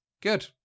Good